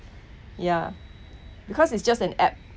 ya because it's just an app